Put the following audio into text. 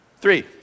Three